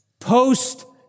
Post